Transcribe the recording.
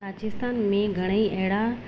राजस्थान में घणेई अहिड़ा